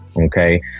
okay